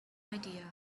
idea